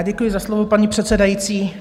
Děkuji za slovo, paní předsedající.